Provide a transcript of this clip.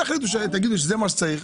תחליטו שזה מה שצריך,